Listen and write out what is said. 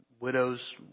widows